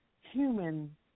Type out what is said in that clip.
human